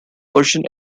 persian